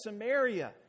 Samaria